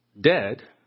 Dead